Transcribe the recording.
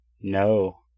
No